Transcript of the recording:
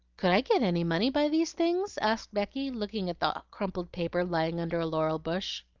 could i get any money by these things? asked becky, looking at the crumpled paper lying under a laurel-bush.